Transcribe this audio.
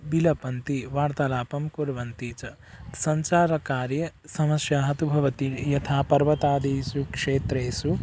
विलपन्ति वार्तालापं कुर्वन्ति च संसारकार्ये समस्याः तु भवन्ति यथा पर्वतादिषु क्षेत्रेषु